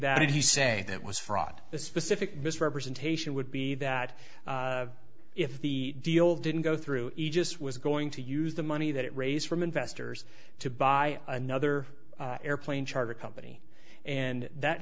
that if you say that was fraud the specific misrepresentation would be that if the deal didn't go through aegis was going to use the money that it raised from investors to buy another airplane charter company and that